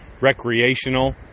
recreational